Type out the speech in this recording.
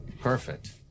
Perfect